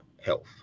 health